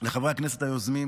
לחברי הכנסת היוזמים,